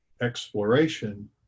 exploration